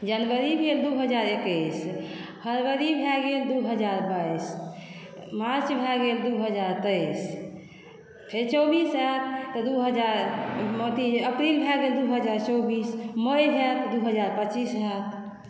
जनवरी भेल दू हजार एकैस फरवरी भए गेल दू हजार बाइस मार्च भए गेल दू हजार तेइस फेर चौबीस आयत तऽ दू हजार अथी अप्रील भए गेल दू हजार चौबीस मई भेल दू हजार पचीस होयत